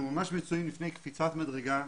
שאנחנו מצויים בפני קפיצת מדרגה.